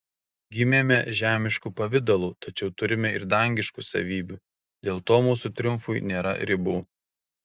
gimėme žemišku pavidalu tačiau turime ir dangiškų savybių dėl to mūsų triumfui nėra ribų